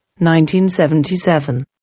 1977